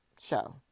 show